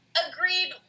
agreed